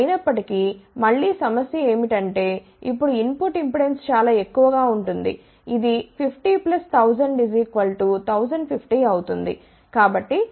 అయినప్పటి కీ మళ్ళీ సమస్య ఏమిటంటే ఇప్పుడు ఇన్ పుట్ ఇంపెడెన్స్ చాలా ఎక్కువగా ఉంటుంది ఇది 50 1000 1050 అవుతుంది